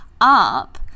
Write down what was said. up